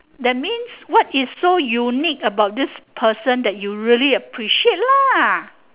that means what is so unique about this person that you really appreciate lah